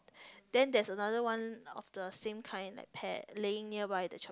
then there is another one of the same kind like pear lying nearby the